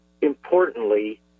importantly